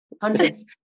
hundreds